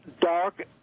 dark